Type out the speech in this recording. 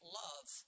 love